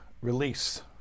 release